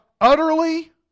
utterly